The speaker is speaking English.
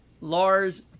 Lars